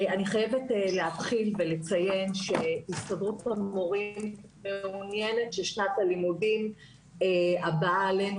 אני חייבת לציין שהסתדרות המורים מעוניינת ששנת הלימודים הבאה עלינו,